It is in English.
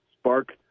spark